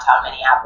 Minneapolis